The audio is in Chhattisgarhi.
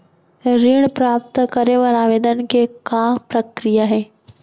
ऋण प्राप्त करे बर आवेदन के का प्रक्रिया हे?